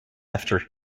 after